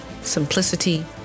simplicity